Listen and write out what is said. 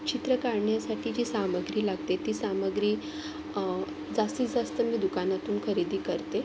चित्र काढण्यासाठी जी सामग्री लागते ती सामग्री जास्तीत जास्त मी दुकानातून खरेदी करते